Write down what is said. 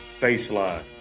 Baseline